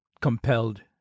compelled